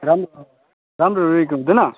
राम्रो राम्रो रुईको हुँदैन